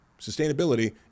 sustainability